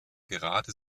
gerade